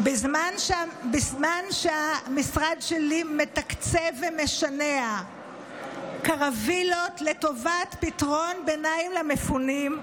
בזמן שהמשרד שלי מתקצב ומשנע קרווילות לטובת פתרון ביניים למפונים,